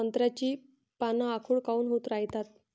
संत्र्याची पान आखूड काऊन होत रायतात?